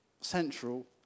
central